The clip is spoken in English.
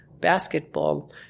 basketball